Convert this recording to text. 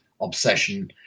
obsession